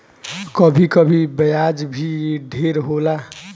कभी कभी ब्याज भी ढेर होला